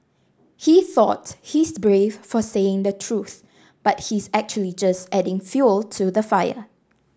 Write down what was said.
he thought he's brave for saying the truth but he's actually just adding fuel to the fire